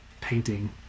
painting